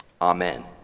Amen